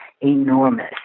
enormous